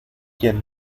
quien